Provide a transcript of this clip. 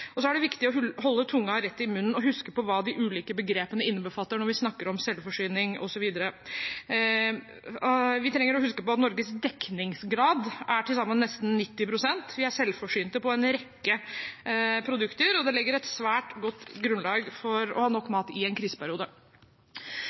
er også viktig å holde tunga rett i munnen og huske hva de ulike begrepene innbefatter når vi snakker om selvforsyning osv. Vi trenger å huske at Norges dekningsgrad er til sammen nesten 90 pst. Vi er selvforsynte på en rekke produkter, og det legger et svært godt grunnlag for å ha nok